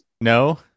No